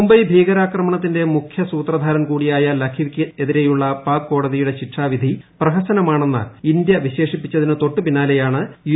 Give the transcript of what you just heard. മുംബൈ ഭീകരാക്രമണത്തിന്റെ മുഖ്യ സൂത്രധാരൻ കൂടിയായിരുന്ന ലഖ്വിക്കെതിരെയുള്ള പാക്ക് കോടതിയുടെ ശിക്ഷാവിധി പ്രഹസനമാണെന്ന് ഇന്ത്യ വിശേഷിപ്പിച്ചതിനു തൊട്ടുപിന്നാലെയാണ് യു